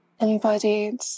embodied